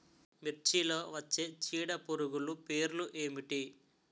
మిర్చిలో వచ్చే చీడపురుగులు పేర్లు ఏమిటి?